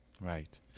Right